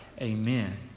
Amen